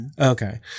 Okay